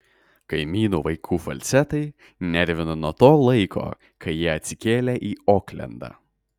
kaimynų vaikų falcetai nervino nuo to laiko kai jie atsikėlė į oklendą